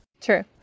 True